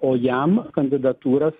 o jam kandidatūras